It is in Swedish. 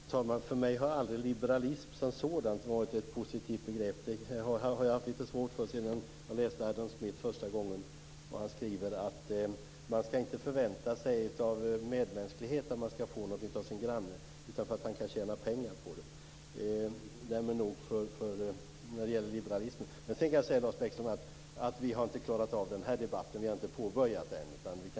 Fru talman! För mig har aldrig liberalism som sådan varit ett positivt begrepp. Det har jag haft litet svårt för sedan jag läste Adam Smith för första gången. Han skriver att man skall inte förvänta sig att man skall få någonting av sin granne av medmänsklighet utan för att han kan tjäna pengar på det. Därmed nog när det gäller liberalismen. Men sedan vill jag säga till Lars Bäckström att vi inte har klarat av den här debatten. Vi har inte påbörjat den ännu.